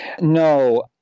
No